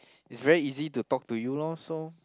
it's very easy to talk to you lor so